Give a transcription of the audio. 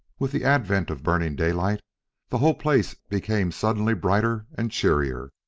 with the advent of burning daylight the whole place became suddenly brighter and cheerier.